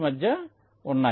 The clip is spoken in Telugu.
మధ్య ఉన్నాయి